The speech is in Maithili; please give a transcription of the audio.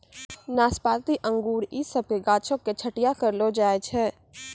नाशपाती अंगूर इ सभ के गाछो के छट्टैय्या करलो जाय छै